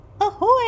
Ahoy